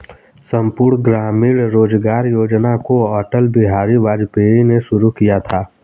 संपूर्ण ग्रामीण रोजगार योजना को अटल बिहारी वाजपेयी ने शुरू किया था